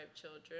children